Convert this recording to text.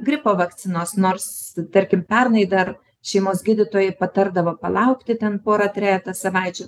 gripo vakcinos nors tarkim pernai dar šeimos gydytojai patardavo palaukti ten pora trejeta savaičių